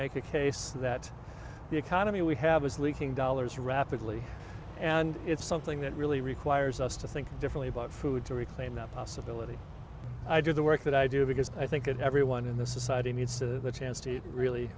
make the case that the economy we have is leaking dollars rapidly and it's something that really requires us to think differently about food to reclaim that possibility i do the work that i do because i think everyone in this society needs to the chance to really